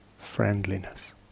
friendliness